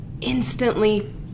instantly